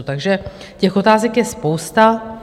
Takže těch otázek je spousta.